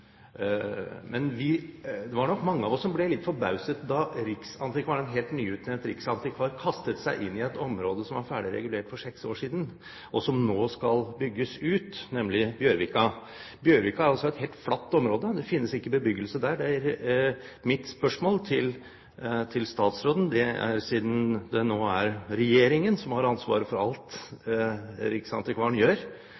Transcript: det var nok mange av oss som ble litt forbauset da riksantikvaren – en helt nyutnevnt riksantikvar – kastet seg inn i et område som var ferdig regulert for seks år siden, og som nå skal bygges ut, nemlig Bjørvika. Bjørvika er altså et helt flatt område, og det finnes ikke bebyggelse der. Siden det nå er regjeringen som har ansvaret for alt riksantikvaren gjør, i det store og det